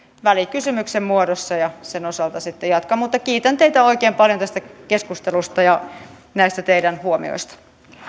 välikysymyksen muodossa ja sen osalta sitten jatkan mutta kiitän teitä oikein paljon tästä keskustelusta ja näistä teidän huomioistanne